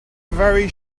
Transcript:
very